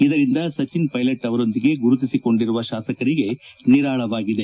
ಇದರಿಂದ ಸಚಿನ್ ಪೈಲಟ್ ಅವರೊಂದಿಗೆ ಗುರುತಿಸಿಕೊಂಡಿರುವ ಶಾಸಕರಿಗೆ ನಿರಾಳವಾಗಿದೆ